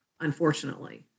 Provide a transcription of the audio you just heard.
Unfortunately